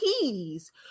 keys